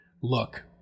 look